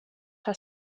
her